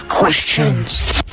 Questions